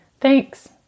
Thanks